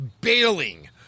bailing